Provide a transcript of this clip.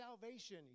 salvation